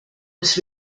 was